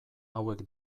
hauek